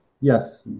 Yes